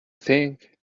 think